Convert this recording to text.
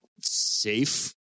safe